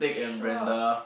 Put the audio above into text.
sure